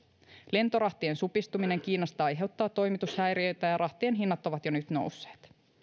lentorahtien supistuminen kiinasta aiheuttaa toimitushäiriöitä ja rahtien hinnat ovat jo nyt nousseet